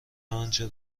آنچه